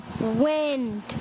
Wind